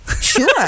Sure